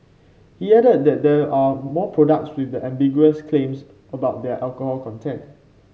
he added that there are more products with ambiguous claims about their alcohol content